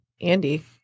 Andy